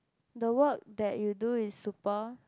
the work that you do is super